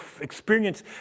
experience